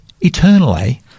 eternally